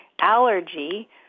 allergy